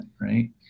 right